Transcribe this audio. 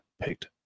picked